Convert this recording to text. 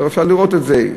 אפשר לראות את זה,